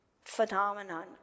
phenomenon